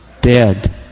dead